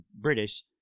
British